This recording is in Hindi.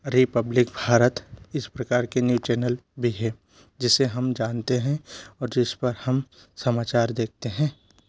रिपब्लिक भारत इस प्रकार के न्यूज़ चैनल भी है जिसे हम जानते हैं और जिस पर हम समाचार देखते हैं